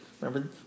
Remember